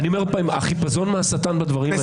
החיפזון מהשטן בדברים האלה.